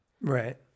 Right